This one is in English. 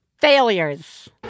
Failures